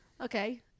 Okay